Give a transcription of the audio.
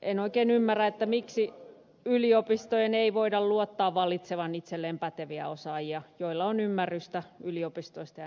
en oikein ymmärrä miksi yliopistojen ei voida luottaa valitsevan itselleen päteviä osaajia joilla on ymmärrystä yliopistoista ja niiden toiminnasta